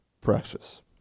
precious